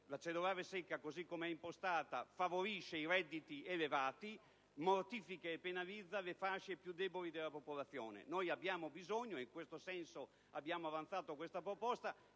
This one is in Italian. La cedolare secca, così come è impostata, favorisce i redditi elevati e mortifica e penalizza le fasce più deboli della popolazione. Noi abbiamo bisogno, e in questo senso abbiamo avanzato tale proposta,